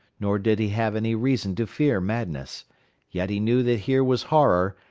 nor did he have any reason to fear madness yet he knew that here was horror,